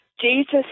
Jesus